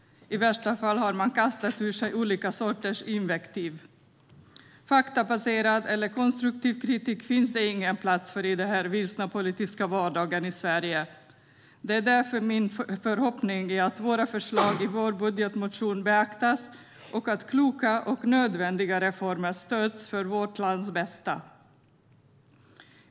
I värsta fall har man kastat ur sig olika sorters invektiv. Faktabaserad eller konstruktiv kritik finns det ingen plats för i den vilsna politiska vardagen i Sverige. Därför är min förhoppning att våra förslag i vårbudgetmotionen beaktas och att kloka och nödvändiga reformer stöds för vårt lands bästa.